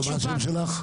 מה השם שלך?